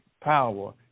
power